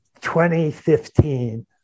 2015